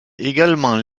également